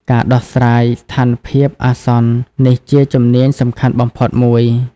ការដោះស្រាយស្ថានភាពអាសន្ន នេះជាជំនាញសំខាន់បំផុតមួយ។